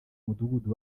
mudugudu